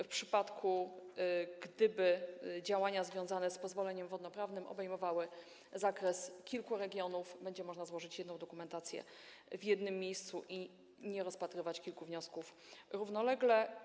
W przypadku, gdyby działania związane z pozwoleniem wodnoprawnym obejmowały zakres kilku regionów, będzie można złożyć jedną dokumentację w jednym miejscu i nie rozpatrywać kilku wniosków równolegle.